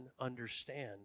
understand